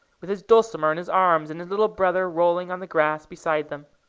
with his dulcimer in his arms and his little brother rolling on the grass beside them.